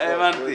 הבנתי.